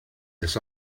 this